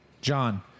John